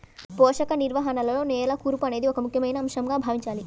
పోషక నిర్వహణలో నేల కూర్పు అనేది ఒక ముఖ్యమైన అంశంగా భావించాలి